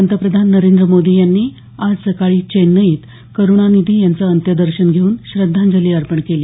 पंतप्रधान नरेंद्र मोदी यांनी आज सकाळी चेन्नईत द्रमुक नेते करुणानिधी यांचं अंत्यदर्शन घेऊन श्रद्धांजली अर्पण केली